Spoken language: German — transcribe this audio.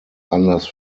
anlass